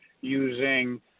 using